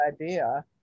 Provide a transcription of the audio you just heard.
idea